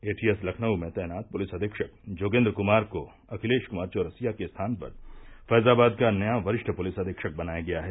ATS Lucknow में तैनात police अधीक्षक जोगेन्द्र कुमार को अखिलेश कुमार चौरसिया के स्थान पर फैजाबाद का नया वरिष्ठ पुलिस अधीक्षक बनाया गया है